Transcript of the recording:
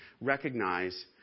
recognize